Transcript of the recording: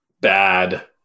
bad